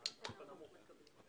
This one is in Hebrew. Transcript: בלהעביר לו את כל הנתונים